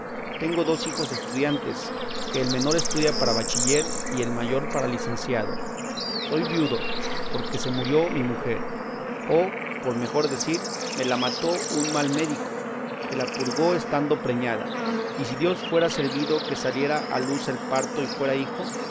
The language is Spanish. tengo dos hijos estudiantes que el menor estudia para bachiller y el mayor para licenciado soy viudo porque se murió mi mujer o por mejor decir me la mató un mal médico que la purgó estando preñada y si dios fuera servido que saliera a luz el parto y fuera hijo